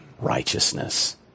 righteousness